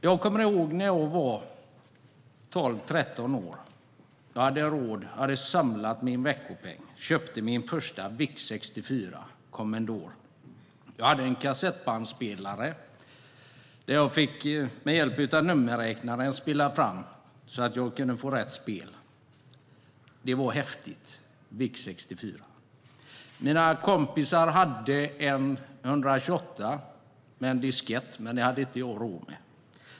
Jag kommer ihåg när jag var 12-13 år och hade sparat min veckopeng så att jag kunde köpa en VIC 64 från Commodore. Jag hade en kassettbandspelare och fick med hjälp av nummerräknaren spela fram så att jag kunde få rätt spel. Det var häftigt. Mina kompisar hade en 128 med diskett, men det hade jag inte råd med.